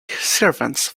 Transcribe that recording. servants